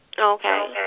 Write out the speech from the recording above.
Okay